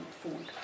food